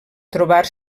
trobar